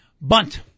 Bunt